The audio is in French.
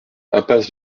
impasse